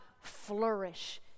flourish